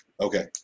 Okay